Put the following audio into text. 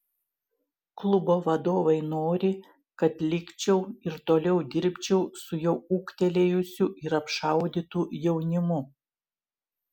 klubo vadovai nori kad likčiau ir toliau dirbčiau su jau ūgtelėjusiu ir apšaudytu jaunimu